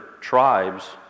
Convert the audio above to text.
tribes